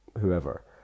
whoever